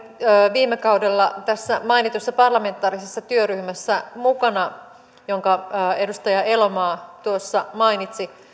viime kaudella tässä mainitussa parlamentaarisessa työryhmässä mukana jonka edustaja elomaa tuossa mainitsi